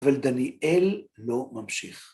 אבל דניאל לא ממשיך.